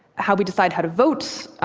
how we decide how to vote,